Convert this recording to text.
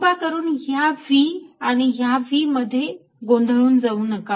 कृपा करून या V आणि या V मध्ये गोंधळून जाऊ नका